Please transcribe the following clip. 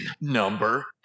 number